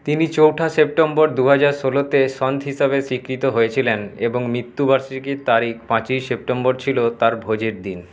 তিনি চৌঠা সেপ্টেম্বর দুহাজার ষোলোতে সন্ত হিসাবে স্বীকৃত হয়েছিলেন এবং মৃত্যুবার্ষিকীর তারিখ পাঁচই সেপ্টেম্বর ছিল তার ভোজের দিন